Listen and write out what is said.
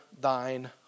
thine